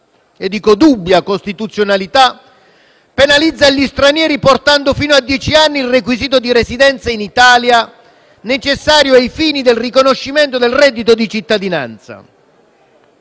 - lo voglio evidenziare - penalizza gli stranieri, portando fino a dieci anni il requisito di residenza in Italia necessario ai fini del riconoscimento del reddito di cittadinanza.